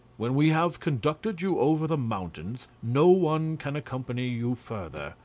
when we have conducted you over the mountains no one can accompany you further,